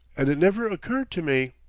and it never occurred to me!